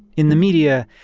in the media,